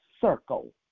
Circle